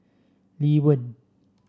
Lee Wen